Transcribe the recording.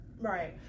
right